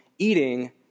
eating